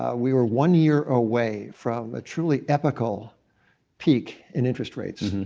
ah we were one year away from a truly epochal peak in interest rates.